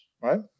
right